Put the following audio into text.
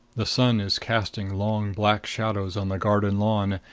the sun is casting long black shadows on the garden lawn,